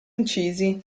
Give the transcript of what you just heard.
incisi